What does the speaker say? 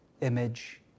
image